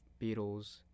Beatles